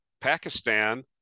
Pakistan